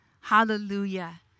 Hallelujah